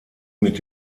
mit